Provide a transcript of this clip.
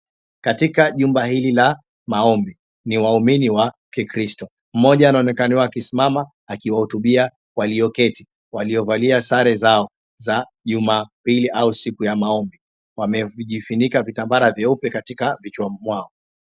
Katika jumba hili la maombi ni waumini wa kikristo. Mmoja anaonekania akismama akiwahutubia walio keti. Waliovalia sare zao za jumapili au siku ya maombi wamejifunika vitambara vyeupe katika vichwani mwao.